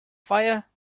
fire